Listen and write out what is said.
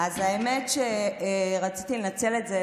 אז האמת היא שרציתי לנצל את זה,